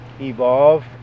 evolve